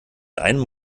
einem